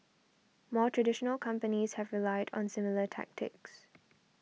more traditional companies have relied on similar tactics